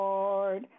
Lord